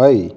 வை